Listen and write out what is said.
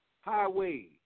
Highway